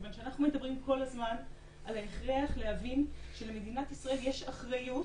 כיוון שאנחנו מדברים כל הזמן על ההכרח להבין שלמדינת ישראל יש אחריות